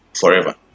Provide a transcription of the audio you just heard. forever